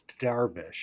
darvish